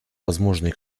возможные